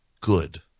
good